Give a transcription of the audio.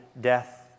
death